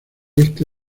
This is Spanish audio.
este